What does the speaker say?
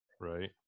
Right